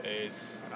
ace